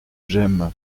j’aime